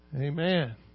Amen